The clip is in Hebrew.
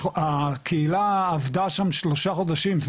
הקהילה עבדה שם שלושה חודשים,